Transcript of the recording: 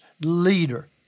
leader